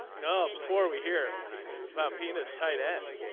no. before we hear about penis tight end